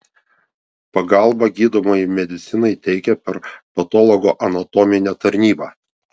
pagalbą gydomajai medicinai teikia per patologoanatominę tarnybą